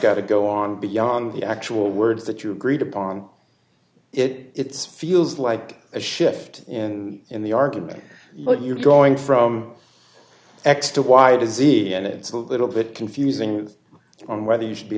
got to go on beyond the actual words that you agreed upon it it's feels like a shift in in the argument but you're drawing from x to y dizzy n it's a little bit confusing on whether you should be